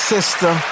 Sister